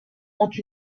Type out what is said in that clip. ont